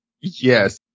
Yes